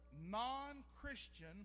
non-Christian